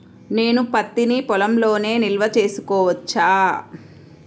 నేను పత్తి నీ పొలంలోనే నిల్వ చేసుకోవచ్చా?